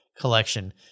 collection